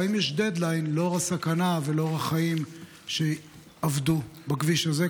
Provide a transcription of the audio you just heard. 2. האם יש דדליין לאור הסכנה ולאור החיים שאבדו בכביש הזה,